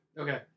Okay